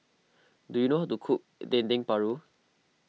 do you know how to cook Dendeng Paru